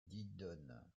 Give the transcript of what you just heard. didonne